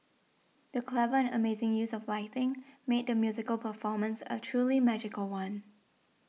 the clever and amazing use of lighting made the musical performance a truly magical one